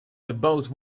about